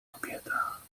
kobieta